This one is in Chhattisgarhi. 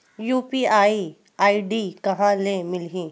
यू.पी.आई आई.डी कहां ले मिलही?